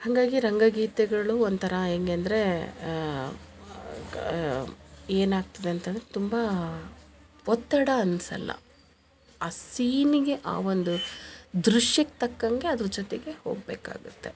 ಹಂಗಾಗಿ ರಂಗ ಗೀತೆಗಳು ಒಂಥರ ಹೆಂಗೆಂದ್ರೆ ಏನಾಗ್ತದೆ ಅಂತಂದರೆ ತುಂಬಾ ಒತ್ತಡ ಅನ್ಸಲ್ಲ ಆ ಸೀನಿಗೆ ಆ ಒಂದು ದೃಶ್ಯಕ್ಕೆ ತಕ್ಕಂಗೆ ಅದ್ರ ಜೊತೆಗೆ ಹೋಗ್ಬೇಕಾಗತ್ತೆ